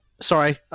Sorry